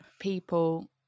people